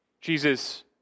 Jesus